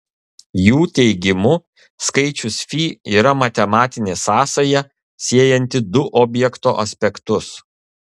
jų teigimu skaičius fi yra matematinė sąsaja siejanti du objekto aspektus